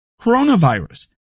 coronavirus